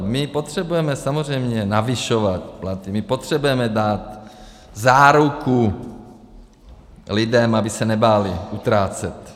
My potřebujeme samozřejmě navyšovat platy, my potřebujeme dát záruku lidem, aby se nebáli utrácet.